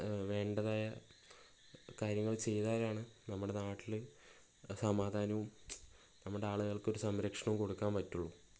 വേണ്ടതായ കാര്യങ്ങള് ചെയ്താലാണ് നമ്മുട നാട്ടില് സമാധാനവും നമ്മുടെ ആളുകൾക്കൊരു സംരക്ഷണവും കൊടുക്കാൻ പറ്റുള്ളൂ